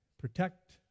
protect